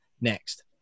next